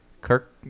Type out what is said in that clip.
Kirk